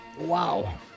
Wow